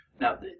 Now